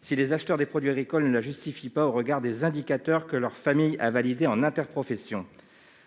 si les acheteurs des produits agricoles ne la justifient pas au regard des indicateurs que leur famille a validés en interprofession.